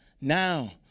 Now